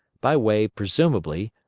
by way, presumably,